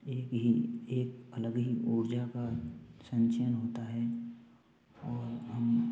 एक ही एक अलग ही ऊर्जा का संचयन होता है और हम